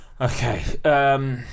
Okay